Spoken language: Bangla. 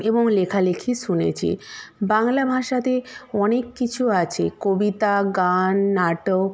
এবং লেখালেখি শুনেছি বাংলা ভাষাতে অনেক কিছু আছে কবিতা গান নাটক